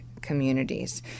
communities